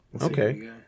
okay